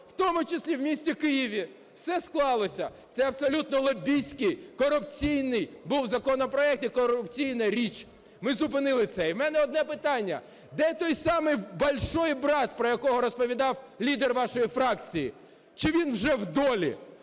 в тому числі в місті Києві – все склалося. Це абсолютно лобістський, корупційний був законопроект і корупційна річ. Ми зупинили це. І в мене одне питання. Де той самий "большой брат", про якого розповідав лідер вашої фракції? Чи він вже в долі?